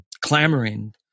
clamoring